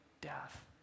Death